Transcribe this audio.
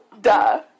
Duh